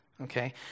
Okay